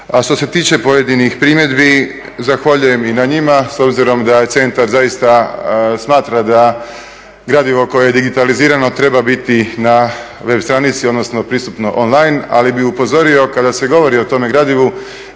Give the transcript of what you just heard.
a što se tiče pojedinih primjedbi zahvaljujem i na njima, s obzirom da centar zaista smatra da gradivo koje je digitalizirano treba biti na web stranici odnosno prisutno online. Ali bih upozorio kada se govori o tome gradivu